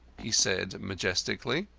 he said majestically.